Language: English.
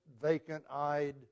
vacant-eyed